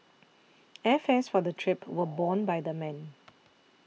airfares for the trip were borne by the men